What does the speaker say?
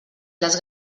les